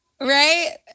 right